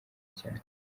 cyane